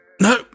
No